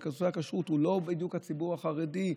נושא הכשרות הוא לא בדיוק הציבור החרדי,